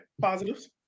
positives